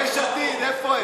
יש עתיד, איפה הם?